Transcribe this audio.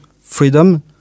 freedom